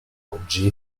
oggi